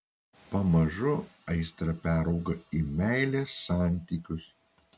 pamažu aistra perauga į meilės santykius